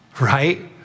right